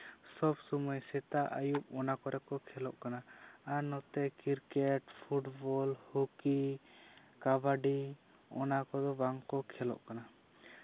ᱥᱚᱵ ᱥᱚᱢᱚᱭ ᱥᱮᱛᱟᱜ ᱟᱹᱭᱩᱵ ᱚᱱᱟ ᱠᱚᱨᱮ ᱠᱚ ᱠᱷᱮᱞᱚᱜ ᱠᱟᱱᱟ ᱟᱨ ᱱᱚᱛᱮ ᱠᱨᱤᱠᱮᱹᱴ ᱯᱷᱩᱴᱵᱚᱞ ᱦᱚᱠᱤ ᱠᱟᱵᱟᱰᱤ ᱚᱱᱟ ᱠᱚᱫᱚ ᱵᱟᱝ ᱠᱚ ᱠᱷᱮᱞᱚᱜ ᱠᱟᱱᱟ